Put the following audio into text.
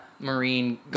marine